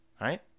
Right